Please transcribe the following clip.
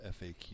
FAQ